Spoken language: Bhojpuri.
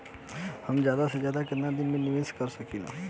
हम ज्यदा से ज्यदा केतना दिन के निवेश कर सकिला?